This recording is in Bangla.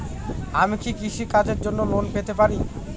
আমি কি কৃষি কাজের জন্য লোন পেতে পারি?